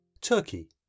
Turkey